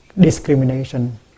discrimination